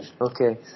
Okay